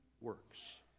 works